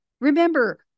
Remember